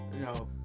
No